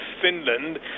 Finland